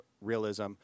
realism